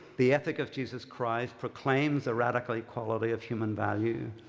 the ethic of jesus christ proclaims the radically quality of human value,